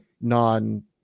non